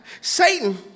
Satan